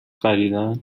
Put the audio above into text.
خریدن